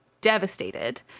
devastated